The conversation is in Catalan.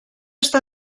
està